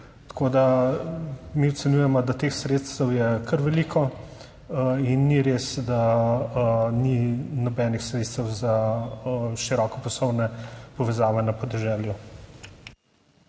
Tako, da mi ocenjujemo, da teh sredstev je kar veliko in ni res, da ni nobenih sredstev za širokopasovne povezave na podeželju.